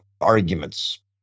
arguments